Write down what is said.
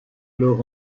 leur